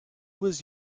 was